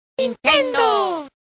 Nintendo